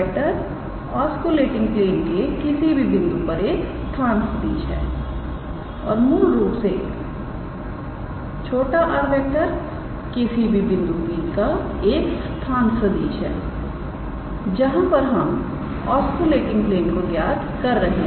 तो𝑟⃗ oscillating plane के किसी भी बिंदु पर एक स्थान सदिश है और मूल रूप से 𝑟⃗ किसी भी बिंदु P का एक स्थान सदिश है जहां पर हम ऑस्किलेटिंग प्लेन को ज्ञात कर रहे हैं